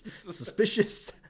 Suspicious